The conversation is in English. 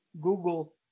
Google